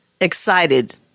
excited